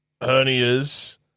Hernias